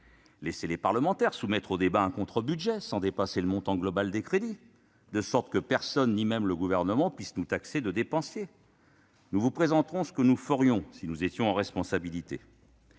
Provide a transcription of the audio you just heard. laisser les parlementaires soumettre au débat un contre-budget, sans dépasser le montant global des crédits, de sorte que personne, pas même le Gouvernement, puisse nous qualifier de dépensiers. Nous vous présenterons ce que nous ferions si nous assumions la responsabilité